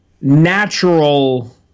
natural